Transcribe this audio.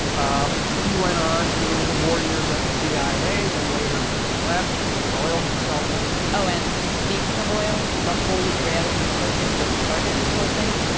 ah he went on to more years at the cia, then later but left, became an oil consultant oh, and speaking of oil, the holy grail of resources that started this whole thing,